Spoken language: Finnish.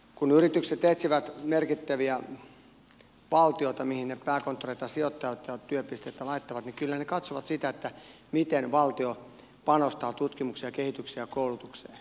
kun yritykset etsivät merkittäviä valtioita mihin ne pääkonttoreitaan sijoittavat ja työpisteitä laittavat niin kyllä ne katsovat sitä miten valtio panostaa tutkimukseen ja kehitykseen ja koulutukseen